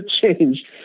change